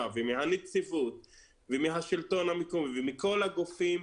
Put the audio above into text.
ומהנציבות ומהשלטון המקומי ומכל הגופים,